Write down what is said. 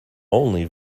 only